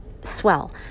swell